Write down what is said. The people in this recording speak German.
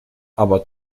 aber